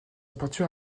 peinture